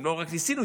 לא רק ניסינו,